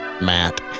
Matt